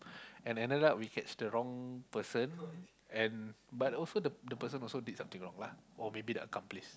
and ended up we catch the wrong person and but also the the person also did something wrong lah or maybe the accomplice